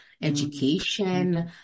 education